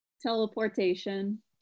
teleportation